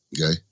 okay